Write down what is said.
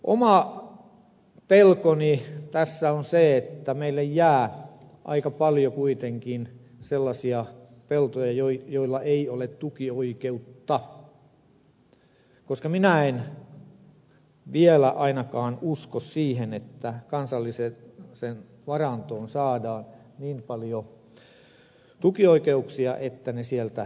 oma pelkoni tässä on se että meille jää aika paljon kuitenkin sellaisia peltoja joilla ei ole tukioikeutta koska minä en vielä ainakaan usko siihen että kansalliseen varantoon saadaan niin paljon tukioikeuksia että ne sieltä riittäisivät